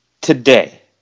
today